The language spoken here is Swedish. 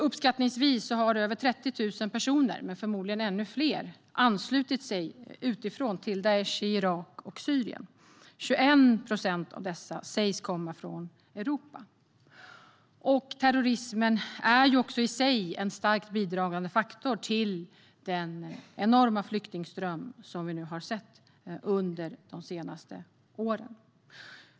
Uppskattningsvis har 30 000 personer, förmodligen ännu fler, anslutit sig utifrån till Daish i Irak och Syrien. 21 procent av dessa sägs komma från Europa. Terrorismen är också en starkt bidragande faktor till de enorma flyktingströmmar vi har sett de senaste åren.